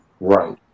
Right